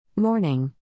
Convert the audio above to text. Morning